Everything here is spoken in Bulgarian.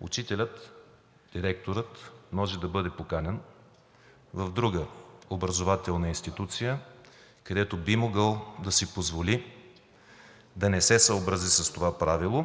учителят, директорът може да бъде поканен в друга образователна институция, където би могъл да си позволи да не се съобрази с това правило,